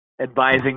advising